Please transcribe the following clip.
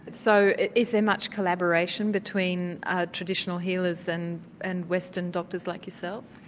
so is there much collaboration between ah traditional healers and and western doctors like yourself?